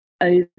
over